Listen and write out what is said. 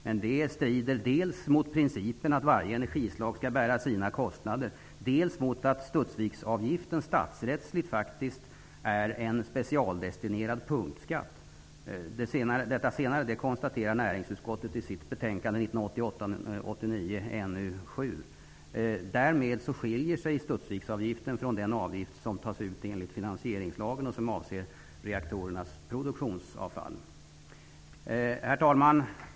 Men det strider dels mot principen att varje energislag skall bära sina kostnader, dels mot att Studsviksavgiften statsrättsligt faktiskt är en specialdestinerad punktskatt. Det senare konstaterade näringsutskottet i betänkande 1988/89:NU7. Därmed skiljer sig Studsviksavgiften från den avgift som tas ut enligt finansieringslagen och som avser reaktorernas produktionsavfall. Herr talman!